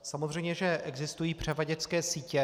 Samozřejmě že existují převaděčské sítě.